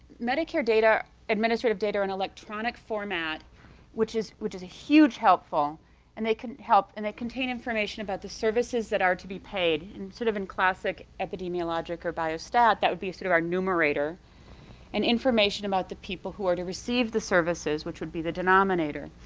medicare data, administrative data in electronic format which is which is a huge helpful and they can help and they contain information about the services that are to be paid and should have sort of been classic epidemiologic or bio stat, that would be sort of our numerator and information about the people who are to receive the services which would be the denominator.